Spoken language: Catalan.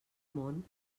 món